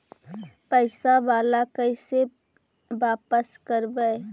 पैसा बाला कैसे बापस करबय?